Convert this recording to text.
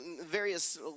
various